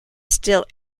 still